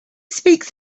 speaks